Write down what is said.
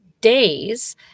days